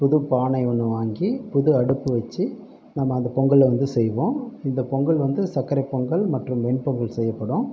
புது பானை ஒன்று வாங்கி புது அடுப்பு வச்சு நம்ம அந்த பொங்கலை வந்து செய்வோம் இந்த பொங்கல் வந்து சர்க்கரை பொங்கல் மற்றும் வெண்பொங்கல் செய்யப்படும்